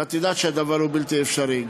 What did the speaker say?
ואת יודעת שהדבר הוא בלתי אפשרי.